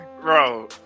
Bro